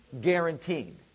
guaranteed